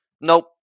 Nope